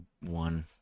one